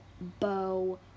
bow